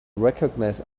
recognize